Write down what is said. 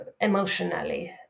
emotionally